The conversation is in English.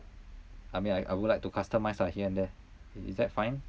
I mean I I would like to customize ah here and there is that fine